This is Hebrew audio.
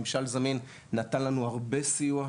ממשל זמין נתן לנו הרבה סיוע,